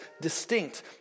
distinct